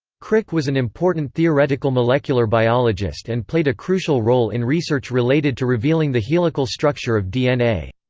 crick was an important theoretical molecular biologist and played a crucial role in research related to revealing the helical structure of dna.